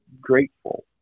grateful